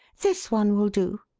this one will do,